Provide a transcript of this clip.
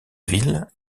ville